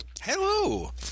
Hello